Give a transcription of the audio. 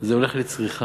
זה הולך לצריכה.